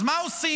אז מה עושים?